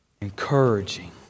encouraging